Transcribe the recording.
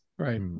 Right